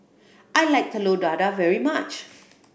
I like Telur Dadah very much